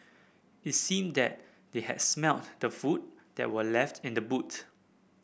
it seemed that they had smelt the food that were left in the boot